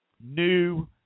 new